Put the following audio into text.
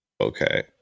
okay